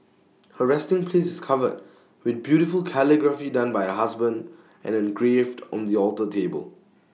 her resting place is covered with beautiful calligraphy done by her husband and engraved on the alter table